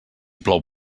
plou